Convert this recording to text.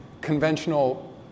conventional